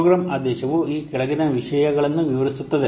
program ಆದೇಶವು ಈ ಕೆಳಗಿನ ವಿಷಯಗಳನ್ನು ವಿವರಿಸುತ್ತದೆ